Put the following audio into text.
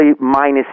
minus